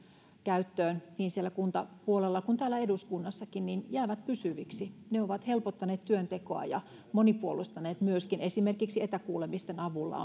käyttöön niin siellä kuntapuolella kuin täällä eduskunnassakin jäävät pysyviksi ne ovat helpottaneet työntekoa ja myöskin monipuolistaneet sitä esimerkiksi etäkuulemisten avulla